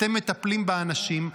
אתם מטפלים באנשים,